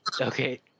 Okay